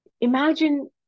Imagine